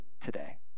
today